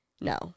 no